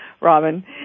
Robin